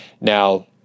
Now